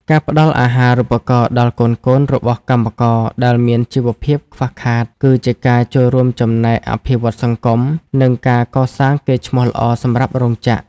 ការផ្ដល់អាហារូបករណ៍ដល់កូនៗរបស់កម្មករដែលមានជីវភាពខ្វះខាត គឺជាការចូលរួមចំណែកអភិវឌ្ឍសង្គម និងការកសាងកេរ្តិ៍ឈ្មោះល្អសម្រាប់រោងចក្រ។